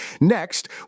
Next